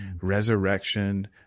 resurrection